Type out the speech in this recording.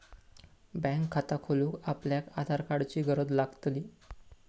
bank खाता खोलूक आपल्याक आधार कार्डाची गरज लागतली